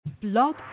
Blog